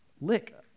lick